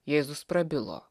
jėzus prabilo